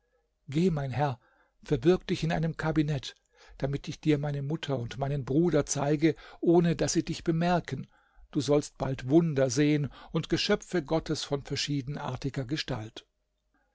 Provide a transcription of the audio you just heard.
geh mein herr verbirg dich in einem kabinett damit ich dir meine mutter und meinen bruder zeige ohne daß sie dich bemerken du sollst bald wunder sehen und geschöpfe gottes von verschiedenartiger gestalt